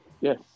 yes